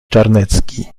czarniecki